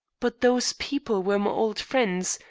but those people were my old friends,